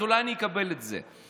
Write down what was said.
אז אולי אני אקבל את זה.